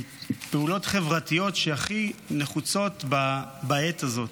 עם פעולות חברתיות, שהכי נחוצות בעת הזאת,